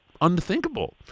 unthinkable